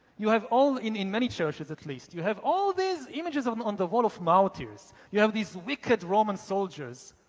you have all, in in many churches at least, you have all these images on on the wall of martyrs. you have these wicked roman soldiers